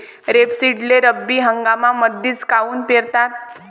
रेपसीडले रब्बी हंगामामंदीच काऊन पेरतात?